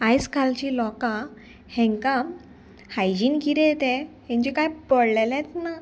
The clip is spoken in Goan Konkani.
आयज कालची लोकां हाका हायजीन कितें तें हेंचे कांय पडलेलेच ना